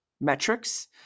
metrics